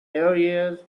areas